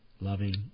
Loving